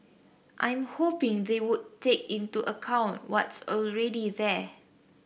I'm hoping they would take into account what's already there